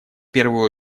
первую